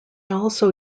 also